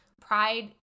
Pride